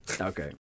Okay